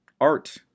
art